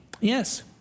Yes